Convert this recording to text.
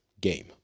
game